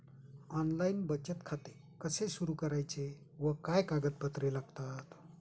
Online बचत खाते कसे सुरू करायचे व काय कागदपत्रे लागतात?